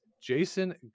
Jason